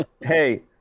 hey